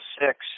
six